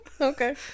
Okay